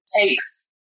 takes